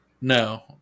No